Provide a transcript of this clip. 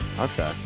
Okay